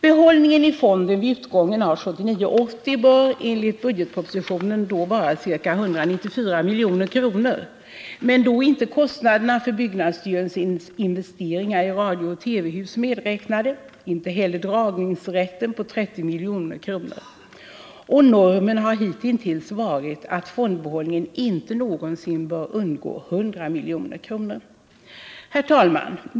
Behållningen i fonden vid utgången av 1979/80 bör enligt budgetpropositionen vara ca 194 milj.kr., men då är inte kostnaderna för byggnadsstyrelsens investeringar i radiooch TV-hus medräknade liksom inte heller dragningsrätten på 30 milj.kr. Normen har hitintills varit att fondbehållningen inte bör gå under 100 milj.kr. Herr talman!